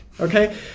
okay